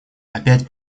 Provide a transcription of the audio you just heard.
опять